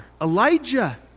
Elijah